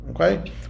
Okay